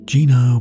Gina